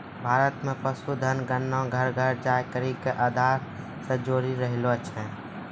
भारत मे पशुधन गणना घर घर जाय करि के आधार से जोरी रहलो छै